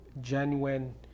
genuine